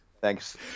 Thanks